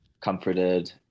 comforted